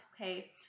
okay